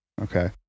okay